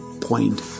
point